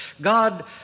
God